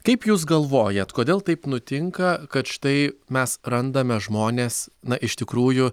kaip jūs galvojat kodėl taip nutinka kad štai mes randame žmones na iš tikrųjų